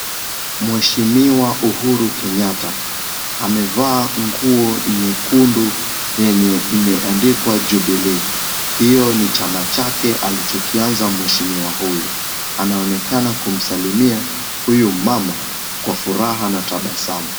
Mheshimiwa Uhuru Kenyatta amevaa nguo nyekundu yenye imeaandikwa Jubilee, hicho ni chama chake alichokianza mheshimiwa huyu, anaonekana kumsalimia huyu mama kwa furaha na tabasamu.